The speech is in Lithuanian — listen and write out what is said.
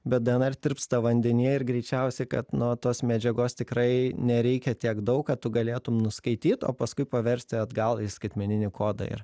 bet dnr tirpsta vandenyje ir greičiausiai kad nu va tos medžiagos tikrai nereikia tiek daug kad tu galėtum nuskaityt o paskui paversti atgal į skaitmeninį kodą ir